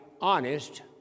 Honest